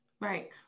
Right